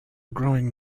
growing